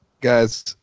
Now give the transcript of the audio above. Guys